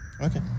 Okay